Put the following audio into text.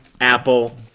apple